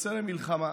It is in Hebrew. כשיוצא למלחמה".